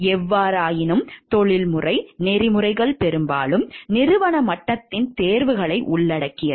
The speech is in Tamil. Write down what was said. எவ்வாறாயினும் தொழில்முறை நெறிமுறைகள் பெரும்பாலும் நிறுவன மட்டத்தின் தேர்வுகளை உள்ளடக்கியது